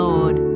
Lord